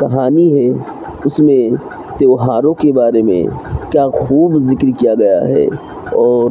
کہانی ہے اس میں تہواروں کے بارے میں کیا خوب ذکر کیا گیا ہے اور